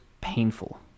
painful